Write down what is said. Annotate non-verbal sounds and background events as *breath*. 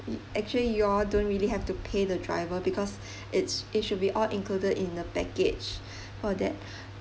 it actually you all don't really have to pay the driver because *breath* it sho~ it should be all included in the package *breath* for that